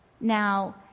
Now